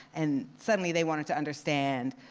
and suddenly they wanted to understand,